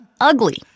ugly